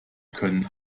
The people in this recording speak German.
können